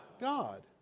God